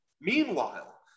Meanwhile